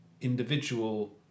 individual